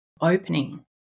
opening